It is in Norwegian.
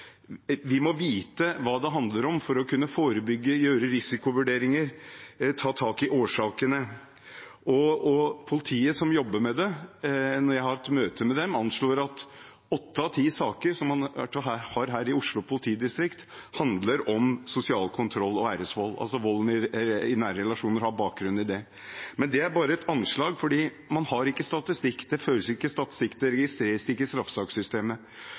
Vi må vite hva det handler om, for å kunne forebygge, gjøre risikovurderinger, ta tak i årsakene. Politiet som jobber med det, anslår, når jeg har hatt møte med dem, at åtte av ti saker som man har her i Oslo politidistrikt, handler om sosial kontroll og æresvold – altså at volden i nære relasjoner har bakgrunn i det. Men det er bare et anslag, for man har ikke statistikk – det føres ikke statistikk, og det registreres ikke i